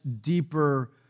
deeper